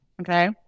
okay